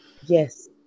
Yes